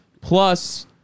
plus